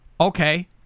okay